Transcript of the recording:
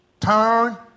turn